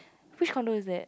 which condo is it